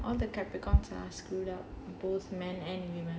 all the capricorns are screwed up both men and women